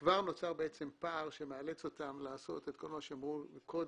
כבר נוצר בעצם פער שמאלץ אותם לעשות את כל מה שהם אמרו קודם,